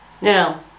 now